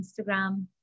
Instagram